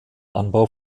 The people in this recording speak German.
anbau